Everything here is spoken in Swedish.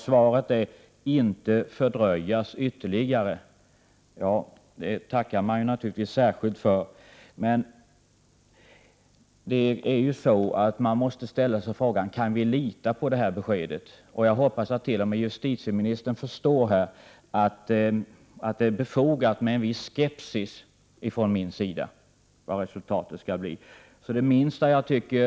Svaret blev: ”inte fördröjas ytterligare”. Det tackar jag naturligtvis särskilt för. Men man måste ändå fråga om det går att lita på det beskedet. Jag hoppas att t.o.m. justitieministern förstår att det är befogat att jag hyser en viss skepsis om resultatet. Det minsta jag anser mig kunna begära är en Prot.